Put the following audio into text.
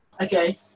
okay